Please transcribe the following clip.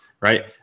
right